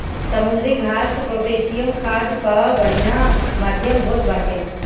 समुद्री घास पोटैशियम खाद कअ बढ़िया माध्यम होत बाटे